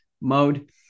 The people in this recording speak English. mode